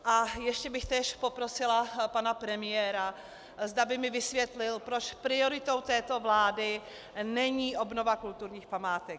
A ještě bych též poprosila pana premiéra, zda by mi vysvětlil, proč prioritou této vlády není obnova kulturních památek.